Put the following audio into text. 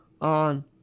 on